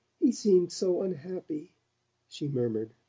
he seemed so unhappy she murmured.